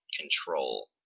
control